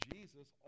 Jesus